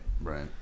right